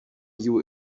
you